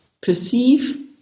perceive